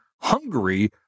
Hungary